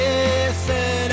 Listen